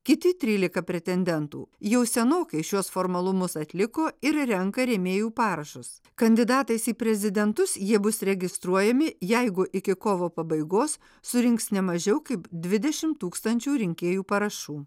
kiti trylika pretendentų jau senokai šiuos formalumus atliko ir renka rėmėjų parašus kandidatais į prezidentus jie bus registruojami jeigu iki kovo pabaigos surinks nemažiau kaip dvidešimt tūkstančių rinkėjų parašų